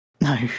No